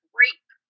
rape